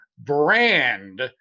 brand